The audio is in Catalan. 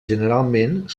generalment